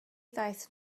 ddaeth